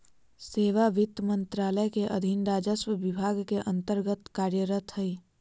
सेवा वित्त मंत्रालय के अधीन राजस्व विभाग के अन्तर्गत्त कार्यरत हइ